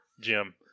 Jim